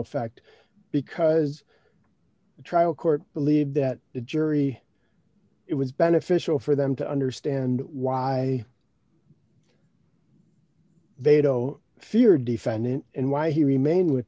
effect because the trial court believed that the jury it was beneficial for them to understand why they tow feared defendant and why he remained with